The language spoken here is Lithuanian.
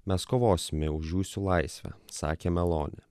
mes kovosime už jūsų laisvę sakė meloni